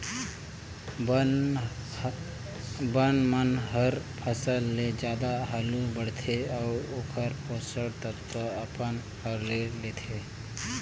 बन मन हर फसल ले जादा हालू बाड़थे अउ ओखर पोषण तत्व अपन हर ले लेथे